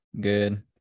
good